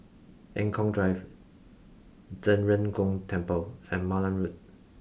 Eng Kong Drive Zhen Ren Gong Temple and Malan Road